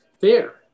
fair